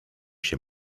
się